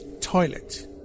toilet